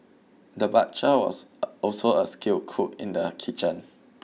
the butcher was also a a skilled cook in the kitchen